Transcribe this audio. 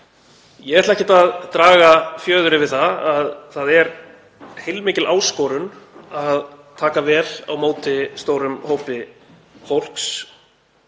Ég ætla ekkert að draga fjöður yfir það að það er heilmikil áskorun að taka vel á móti stórum hópi fólks,